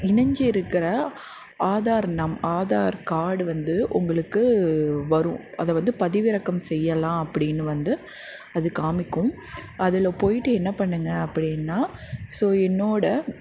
இணைஞ்சு இருக்கிற ஆதார் நம் ஆதார் கார்டு வந்து உங்களுக்கு வரும் அதை வந்து பதிவிறக்கம் செய்யலாம் அப்படின்னு வந்து அது காமிக்கும் அதில் போய்ட்டு என்ன பண்ணுங்கள் அப்படின்னா ஸோ என்னோடய